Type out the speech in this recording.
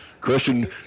Christian